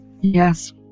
Yes